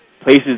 places